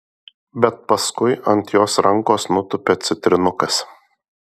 bet paskui ant jos rankos nutupia citrinukas